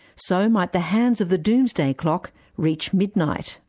so might the hands of the doomsday clock reach midnight?